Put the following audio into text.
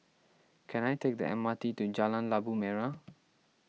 can I take the M R T to Jalan Labu Merah